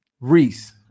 Reese